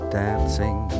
dancing